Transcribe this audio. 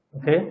okay